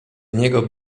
niego